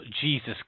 Jesus